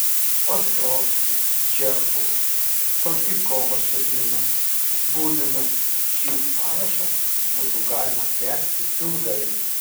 ostrovskis čechovas saltykovas ščedrinas buninas šį sąrašą būtų galima tęsti ilgai